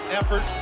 effort